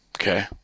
Okay